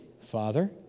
Father